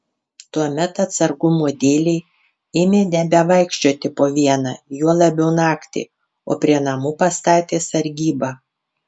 tuomet atsargumo dėlei ėmė nebevaikščioti po vieną juo labiau naktį o prie namų pastatė sargybą